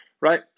right